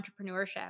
entrepreneurship